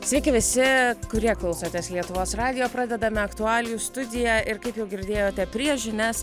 sveiki visi kurie klausotės lietuvos radijo pradedame aktualijų studiją ir kaip jau girdėjote prieš žinias